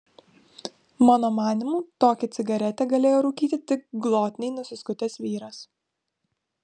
mano manymu tokią cigaretę galėjo rūkyti tik glotniai nusiskutęs vyras